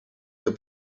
your